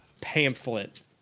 pamphlet